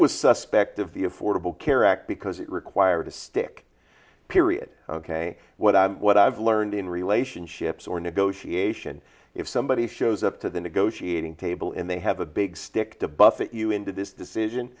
was suspect of the affordable care act because it required a stick period ok what i what i've learned in relationships or negotiation if somebody shows up to the negotiating table and they have a big stick to buffet you into this decision